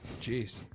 Jeez